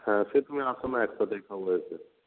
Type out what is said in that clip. হ্যাঁ সে তুমি আসো না একসাথেই খাব